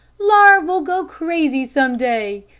laura will go crazy some day,